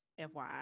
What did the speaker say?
FYI